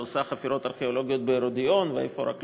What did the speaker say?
והיא עושה חפירות ארכיאולוגיות בהרודיון ואיפה רק לא.